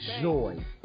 joy